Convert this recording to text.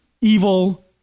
evil